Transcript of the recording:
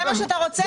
זה מה שאתה רוצה?